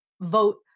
vote